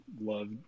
love